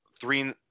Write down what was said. three